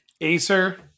Acer